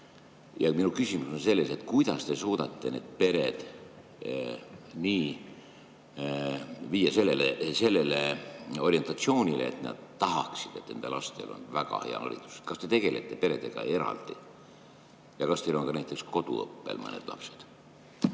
Minu küsimus on selles: kuidas te suudate need pered viia sellele orientatsioonile, et nad tahaksid, et nende lastel oleks väga hea haridus? Kas te tegelete peredega eraldi ja kas teil on ka näiteks koduõppel mõned lapsed?